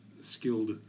skilled